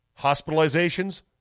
hospitalizations